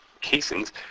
casings